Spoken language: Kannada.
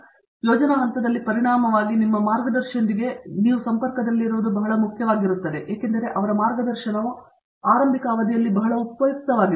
ಮೂರ್ತಿ ಆದ್ದರಿಂದ ಯೋಜನಾ ಹಂತದಲ್ಲಿ ಪರಿಣಾಮವಾಗಿ ನಿಮ್ಮ ಮಾರ್ಗದರ್ಶಿಯೊಂದಿಗೆ ನೀವು ಸಂಪರ್ಕದಲ್ಲಿರುವುದು ಬಹಳ ಮುಖ್ಯವಾಗಿರುತ್ತದೆ ಏಕೆಂದರೆ ಅವರ ಮಾರ್ಗದರ್ಶನವು ಆರಂಭಿಕ ಅವಧಿಯಲ್ಲಿ ಬಹಳ ಉಪಯುಕ್ತವಾಗಿದೆ